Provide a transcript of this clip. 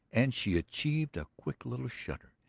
and she achieved a quick little shudder,